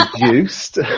produced